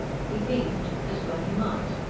he beamed as well he might.